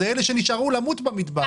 זה אלה שנשארו למות במדבר.